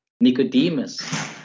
Nicodemus